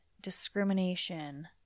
discrimination